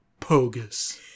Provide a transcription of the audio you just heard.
pogus